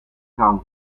gang